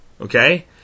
okay